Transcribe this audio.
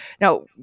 Now